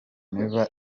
never